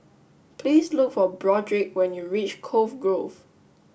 please look for Broderick when you reach Cove Grove